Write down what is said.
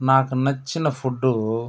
నాకు నచ్చిన ఫుడ్డు